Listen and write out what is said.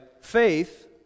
faith